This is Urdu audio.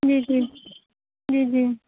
جی جی جی جی